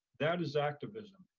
that is activism.